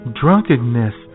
drunkenness